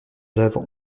œuvres